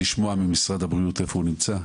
לשמוע ממשרד הבריאות איפה הוא נמצא,